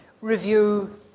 review